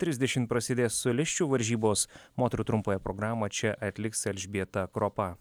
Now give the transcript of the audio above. tridešim prasidės solisčių varžybos moterų trumpąją programą čia atliks elžbieta kropa